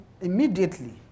immediately